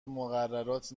مقررات